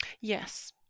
Yes